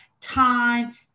time